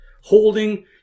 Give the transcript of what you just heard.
holding